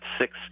six